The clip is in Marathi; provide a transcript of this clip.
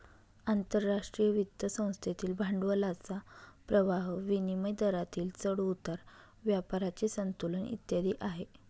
आंतरराष्ट्रीय वित्त संस्थेतील भांडवलाचा प्रवाह, विनिमय दरातील चढ उतार, व्यापाराचे संतुलन इत्यादी आहे